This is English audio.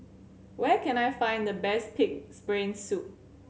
where can I find the best Pig's Brain Soup